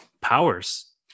powers